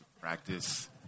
practice